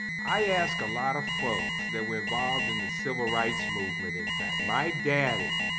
i ask a lot of folks that were involved in the civil rights movement in fact, my daddy,